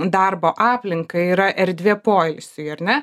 darbo aplinką yra erdvė poilsiui ar ne